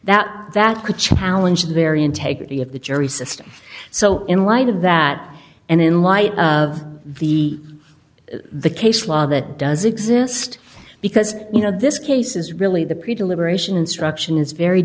that that could challenge the very integrity of the jury system so in light of that and in light of the the case law that does exist because you know this case is really the peter liberation instruction it's very